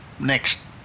next